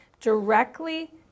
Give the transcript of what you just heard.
directly